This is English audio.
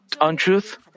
untruth